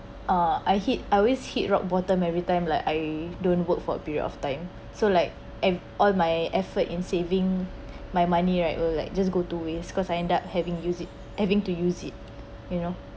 uh I hit I always hit rock bottom everytime like I don't work for a period of time so like and all my effort in saving my money right will like just go to waste cause I end up having use it having to use it you know